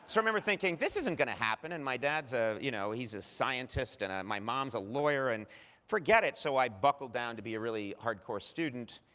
so remember thinking, this isn't going to happen. and my dad, so you know he's a scientist, and my mom's a lawyer, and forget it. so i buckled down to be a really hardcore student,